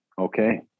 Okay